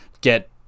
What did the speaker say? get